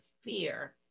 fear